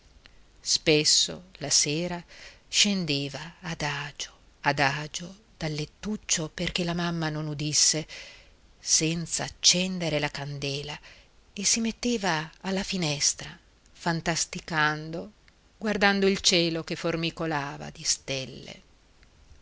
spesso la sera scendeva adagio adagio dal lettuccio perché la mamma non udisse senza accendere la candela e si metteva alla finestra fantasticando guardando il cielo che formicolava di stelle